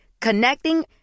Connecting